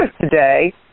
today